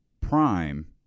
Prime